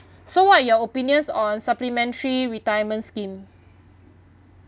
so what your opinions on supplementary retirement scheme